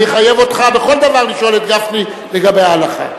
אני אחייב אותך בכל דבר לשאול את גפני לגבי ההלכה.